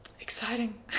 Exciting